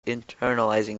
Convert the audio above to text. internalizing